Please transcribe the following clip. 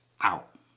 out